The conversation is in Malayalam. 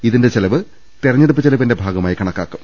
ഇതിന്റെ ചിലവ് തിര ഞ്ഞെടുപ്പ് ചിലവിന്റെ ഭാഗമായി കണക്കാക്കും